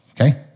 Okay